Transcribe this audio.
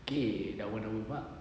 okay dah one hour mark